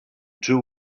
two